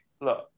look